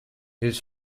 his